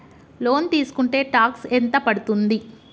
Loan తీస్కుంటే tax ఎంత పడ్తుంది?